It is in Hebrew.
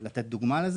לדוגמה,